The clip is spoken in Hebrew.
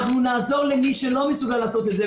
נעזור למי שלא מסוגל לעשות את זה,